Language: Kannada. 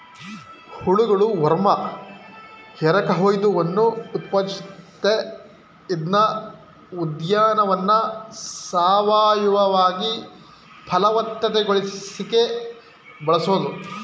ಹುಳಗಳು ವರ್ಮ್ ಎರಕಹೊಯ್ದವನ್ನು ಉತ್ಪಾದಿಸುತ್ವೆ ಇದ್ನ ಉದ್ಯಾನವನ್ನ ಸಾವಯವವಾಗಿ ಫಲವತ್ತತೆಗೊಳಿಸಿಕೆ ಬಳಸ್ಬೋದು